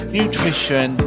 nutrition